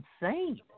insane